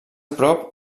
prop